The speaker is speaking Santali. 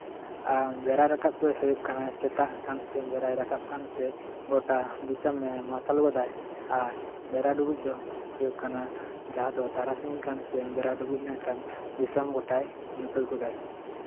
ᱵᱮᱲᱟ ᱨᱟᱠᱟᱵ ᱫᱚᱭ ᱦᱩᱭᱩᱜ ᱠᱟᱱᱟᱭ ᱥᱮᱛᱟᱜ ᱟᱠᱟᱱ ᱥᱮ ᱵᱮᱲᱟᱭ ᱨᱟᱠᱟᱵ ᱠᱟᱱᱟ ᱥᱮ ᱜᱳᱴᱟ ᱫᱤᱥᱚᱢᱮ ᱢᱟᱨᱥᱟᱞ ᱜᱚᱫᱟᱭ ᱟᱨ ᱵᱮᱲᱟ ᱰᱩᱵᱩᱡ ᱫᱚ ᱦᱩᱭᱩᱜ ᱠᱟᱱᱟ ᱡᱟᱦᱟᱸ ᱫᱚ ᱛᱟᱨᱟᱥᱤᱧ ᱠᱟᱱᱥᱮ ᱵᱮᱲᱟ ᱰᱩᱵᱩᱡ ᱞᱮᱱᱠᱷᱟᱱ ᱫᱤᱥᱚᱢ ᱜᱳᱴᱟᱭ ᱧᱩᱛᱟᱹᱛ ᱜᱚᱫᱟᱭ